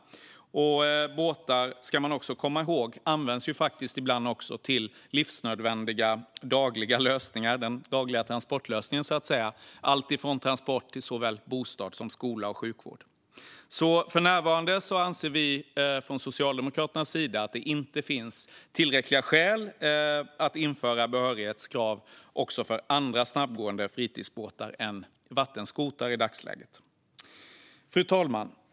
Man ska också komma ihåg att båtar faktiskt ibland används till livsnödvändiga dagliga lösningar, som den dagliga transportlösningen så att säga, för transport till allt från bostad till skola och sjukvård. I dagsläget anser vi från Socialdemokraternas sida att det inte finns tillräckliga skäl att införa behörighetskrav för andra snabbgående fritidsbåtar än vattenskotrar. Fru talman!